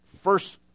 first